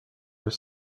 were